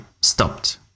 stopped